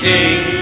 King